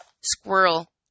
squirrel